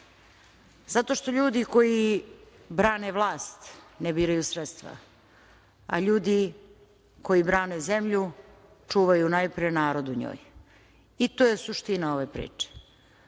Zato što ljudi koji brane vlast ne biraju sredstva, a ljudi koji brane zemlju čuvaju najpre narod u njoj i to je suština ove priče. Zato